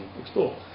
explore